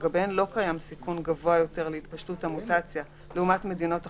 שלגביהן לא קיים סיכון גבוה יותר להתפשטות המוטציה לעומת מדינות אחרות,